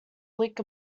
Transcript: lick